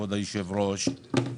כבוד היושב ראש.